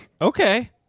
Okay